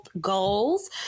goals